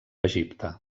egipte